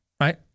right